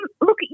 Look